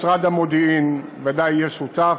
משרד המודיעין בוודאי יהיה שותף,